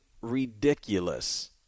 ridiculous